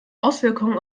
auswirkungen